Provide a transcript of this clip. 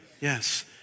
Yes